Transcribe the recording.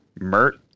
Mert